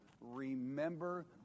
remember